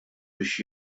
biex